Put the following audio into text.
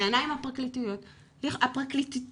בעיניים הפרקליטות שלי,